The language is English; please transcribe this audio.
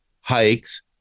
hikes